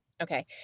Okay